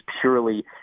purely